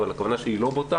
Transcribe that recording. אבל הכוונה שלי היא לא בוטה